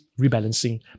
rebalancing